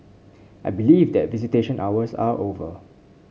I believe that visitation hours are over